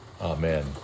Amen